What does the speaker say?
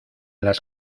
las